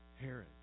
Herod